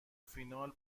فینال